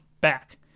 back